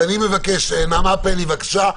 נעמה פלאי, בבקשה.